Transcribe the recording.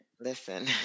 listen